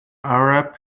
arab